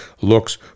looks